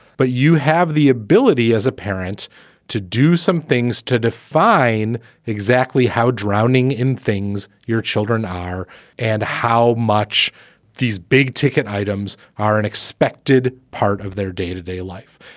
but you have the ability as a parent to do some. things to define exactly how drowning in things your children are and how much these big ticket items are an expected part of their day to day life.